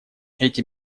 эти